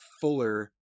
Fuller